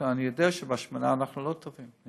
אני יודע שבהשמנה אנחנו לא הכי טובים,